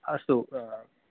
अस्तु